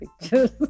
pictures